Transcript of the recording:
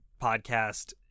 podcast